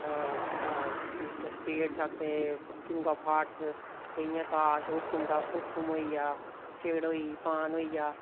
space आखदे kings of arts ते इ'यां ताश ताश हुक्म होई गेआ चिड़ी होई पान होई गेआ